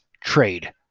trade